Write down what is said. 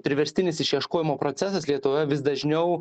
priverstinis išieškojimo procesas lietuvoje vis dažniau